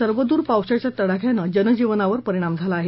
राज्यात सर्वदूर पावसाच्या तडाख्यानं जनजीवनावर परिणाम झाला आहे